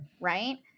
right